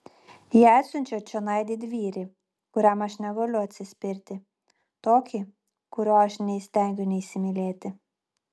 jie atsiunčia čionai didvyrį kuriam aš negaliu atsispirti tokį kurio aš neįstengiu neįsimylėti